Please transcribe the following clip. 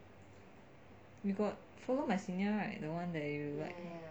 you got follow my senior right the one that you like